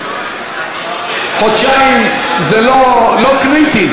חודשיים זה לא קריטי.